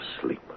sleep